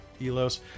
Elos